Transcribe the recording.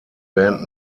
band